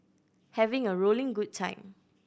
having a rolling good time